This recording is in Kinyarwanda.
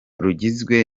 rugizwe